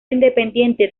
independiente